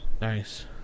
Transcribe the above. Nice